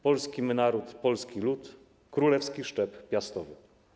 Polski my naród, polski ród,/ Królewski szczep piastowy”